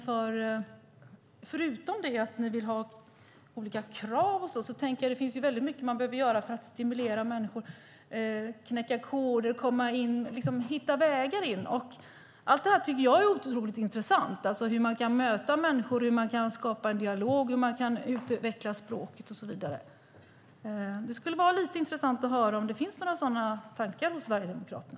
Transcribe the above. Förutom att ni vill ha olika krav tänker jag att det finns väldigt mycket man behöver göra för att stimulera människor att knäcka koder och hitta vägar in. Allt detta tycker jag är otroligt intressant. Det handlar om hur man kan möta människor, skapa en dialog och utveckla språket och så vidare. Det skulle vara lite intressant att höra om det finns några sådana tankar hos Sverigedemokraterna.